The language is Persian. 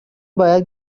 باید